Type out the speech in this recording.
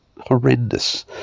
horrendous